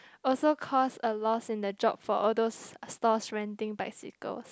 also cost a lost in the job for all those stores renting bicycles